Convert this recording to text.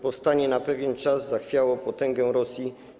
Powstanie na pewien czas zachwiało potęgą Rosji.